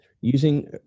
using